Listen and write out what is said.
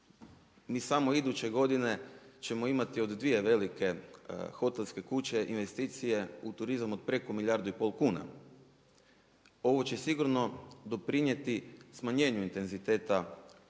Mi samo iduće godine ćemo imati od dvije velike hotelske kuće investicije u turizam od preko milijardu i pol kuna, ovo će sigurno doprinijeti smanjenju intenziteta